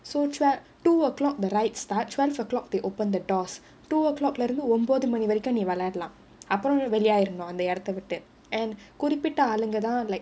so tw~ two o'clock the ride start twelve o'clock they open the doors two o'clock ஒன்பது மணி வரைக்கும் நீ விளையாடலாம் அப்புறம் வெளி ஆயிடனும் அந்த இடத்த விட்டு:onbathu mani varaikum nee vilaiyaadalaam appuram velli aayidanum antha idatha vittu and குறிப்பிட்ட ஆளுங்க தான்:kuripitta aalunga dhaan like